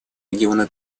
региона